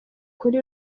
kuri